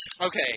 Okay